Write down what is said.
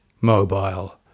mobile